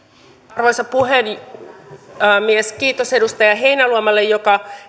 arvoisa puhemies kiitos edustaja heinäluomalle joka